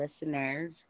listeners